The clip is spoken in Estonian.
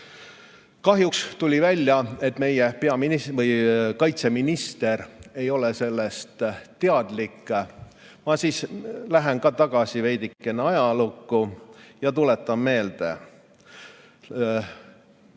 Kahjuks tuli välja, et meie kaitseminister ei ole sellest teadlik. Ma lähen tagasi ajalukku ja tuletan meelde